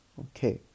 Okay